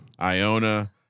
Iona